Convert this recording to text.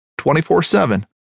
24-7